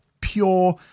pure